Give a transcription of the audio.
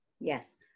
yes